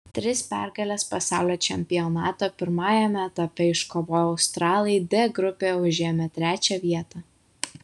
tris pergales pasaulio čempionato pirmajame etape iškovoję australai d grupėje užėmė trečią vietą